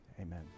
amen